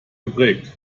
geprägt